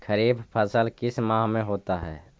खरिफ फसल किस माह में होता है?